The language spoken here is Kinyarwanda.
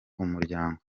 umuryango